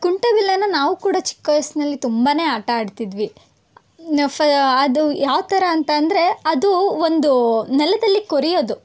ಕುಂಟೆಬಿಲ್ಲೆನ ನಾವು ಕೂಡ ಚಿಕ್ಕ ವಯಸ್ಸಿನಲ್ಲಿ ತುಂಬಾ ಆಟ ಆಡ್ತಿದ್ವಿ ನ ಫ ಅದು ಯಾವ ಥರ ಅಂತ ಅಂದರೆ ಅದು ಒಂದು ನೆಲದಲ್ಲಿ ಕೊರೆಯೋದು